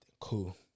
Cool